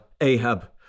Ahab